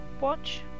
watch